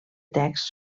text